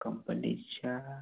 कंपनीच्या